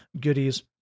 goodies